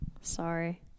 sorry